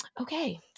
Okay